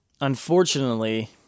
unfortunately